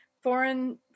foreign